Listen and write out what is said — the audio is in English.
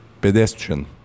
pedestrian